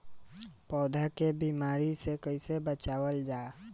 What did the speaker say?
पौधा के बीमारी से कइसे बचावल जा?